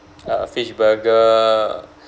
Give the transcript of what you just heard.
uh fish burger